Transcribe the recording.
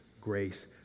grace